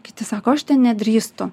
kiti sako aš ten nedrįstu